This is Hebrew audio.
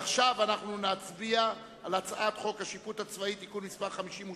עכשיו נצביע על הצעת חוק השיפוט הצבאי (תיקון מס' 58)